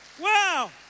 Wow